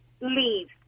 leave